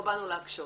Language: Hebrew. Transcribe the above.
לא באנו להקשות.